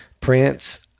Prince